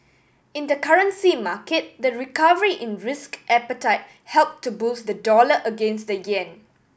in the currency market the recovery in risk appetite helped to boost the dollar against the yen